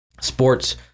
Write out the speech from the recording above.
sports